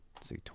see